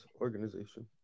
organization